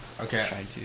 Okay